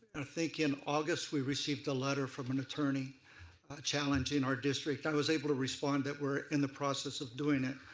ah think in august we received a letter from an attorney challenging our district. i was able to respond we're in the process of doing it.